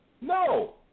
No